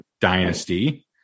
Dynasty